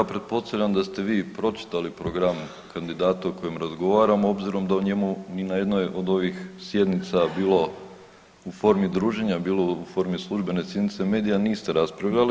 Ja pretpostavljam da ste vi pročitali program kandidata o kojem razgovaramo obzirom da o njemu ni na jednoj od ovih sjednica bilo u formi druženja, bilo u formi službene sjednice medija niste raspravljali.